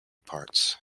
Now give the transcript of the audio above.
parts